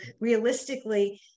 realistically